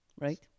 Right